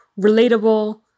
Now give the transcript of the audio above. relatable